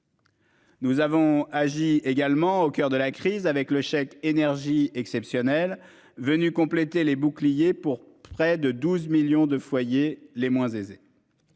Nous avons agi également au coeur de la crise avec le chèque énergie exceptionnel venu compléter les boucliers pour près de 12 millions de foyers les moins aisés.